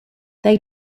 they